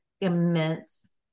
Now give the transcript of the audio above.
immense